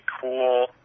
cool